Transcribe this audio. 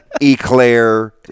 Eclair